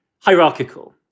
hierarchical